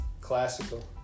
classical